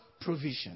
provision